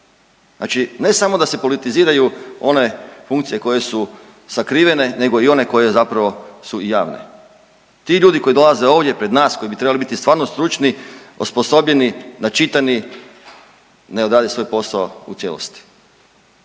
Znači, ne samo da se politiziraju one funkcije koje su sakrivene, nego i one koje zapravo su javne. Ti ljudi koji dolaze ovdje pred nas, koji bi trebali biti stvarno stručni, osposobljeni, načitani ne odrade svoj posao u cijelosti.